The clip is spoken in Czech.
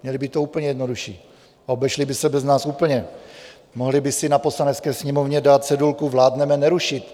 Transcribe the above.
Měli by to úplně jednodušší a obešli by se bez nás úplně, mohli by si na Poslanecké sněmovně dát cedulku: vládneme, nerušit!